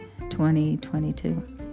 2022